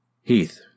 Heath